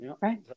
right